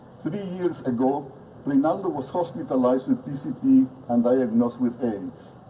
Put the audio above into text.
three years ago reinaldo was hospitalized with pcp and diagnosed with aids.